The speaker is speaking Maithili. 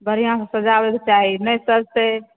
बढ़िआँसॅं सजाबै के चाही नहि सजतै